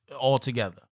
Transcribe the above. altogether